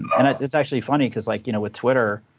and it's it's actually funny because, like you know with twitter,